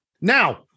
Now